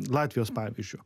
latvijos pavyzdžiu